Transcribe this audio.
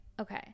okay